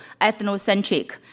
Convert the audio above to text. ethnocentric